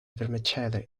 vermicelli